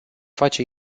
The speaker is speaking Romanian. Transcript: face